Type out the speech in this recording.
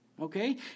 okay